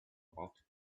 about